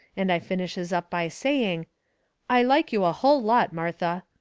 and i finishes up by saying i like you a hull lot, martha.